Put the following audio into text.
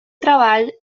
treball